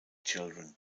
children